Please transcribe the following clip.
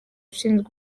ushinzwe